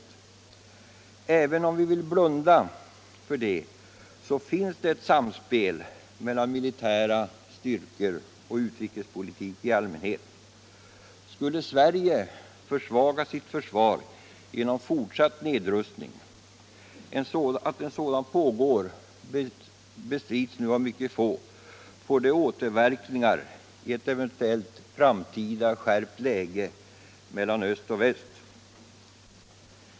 Även om vi vill blunda för det, finns det ett samspel mellan militära styrkor och utrikespolitik i allmänhet. Skulle Sverige försvaga sitt försvar genom fortsatt nedrustning — att en sådan pågår bestrids nu av mycket få — skulle det få återverkningar vid en eventuell framtida skärpning av läget mellan öst och väst.